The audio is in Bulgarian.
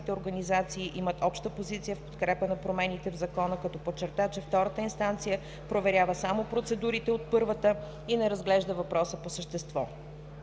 организации имат обща позиция в подкрепа на промените в Закона, като подчерта, че втората инстанция проверява само процедурите от първата и не разглежда въпроса по същество.